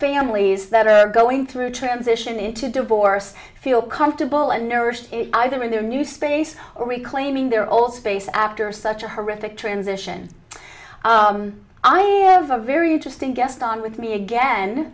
families that are going through transition into divorce feel comfortable and nursed either in their new space or reclaiming their old space after such a horrific transition i have a very interesting guest on with me again